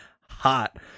hot